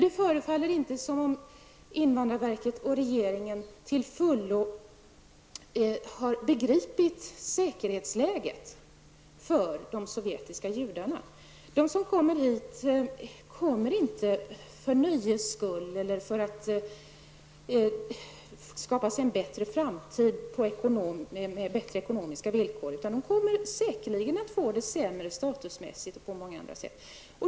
Det förefaller som om regeringen och invandrarverket inte till fullo har begripit säkerhetsläget för de sovjetiska judarna. De som kommer hit kommer inte för nöjes skull eller för att skapa sig en bättre framtid och få bättre ekonomiska villkor. De kommer säkerligen att få det sämre statusmässigt och på många andra sätt.